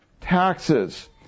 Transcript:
taxes